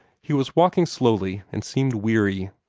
he was walking slowly, and seemed weary.